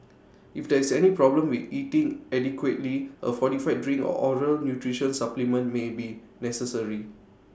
if there is any problem with eating adequately A fortified drink or oral nutrition supplement may be necessary